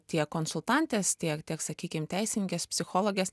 tiek konsultantės tiek tiek sakykim teisininkės psichologės